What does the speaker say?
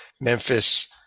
Memphis